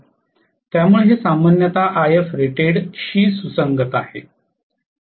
त्यामुळे हे सामान्यतः Ifrated शी सुसंगत आहे